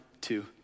two